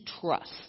trust